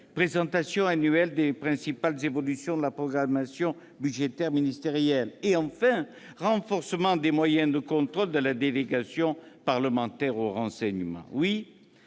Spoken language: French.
présentation annuelle des principales évolutions de la programmation budgétaire ministérielle ; enfin, renforcement des moyens de contrôle de la délégation parlementaire au renseignement.